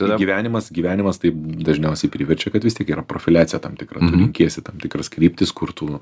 gyvenimas gyvenimas taip dažniausiai priverčia kad vis tik yra profiliacija tam tikra tu renkiesi tam tikras kryptis kur tu